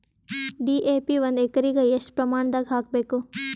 DAP ಒಂದು ಎಕರಿಗ ಎಷ್ಟ ಪ್ರಮಾಣದಾಗ ಹಾಕಬೇಕು?